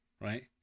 right